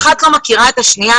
אחת לא מכירה את השנייה?